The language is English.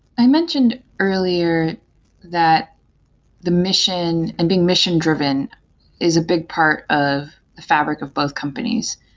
i mentioned earlier that the mission and being mission-dr iven is a big part of a fabric of both companies.